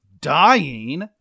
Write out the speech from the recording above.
dying